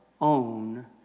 own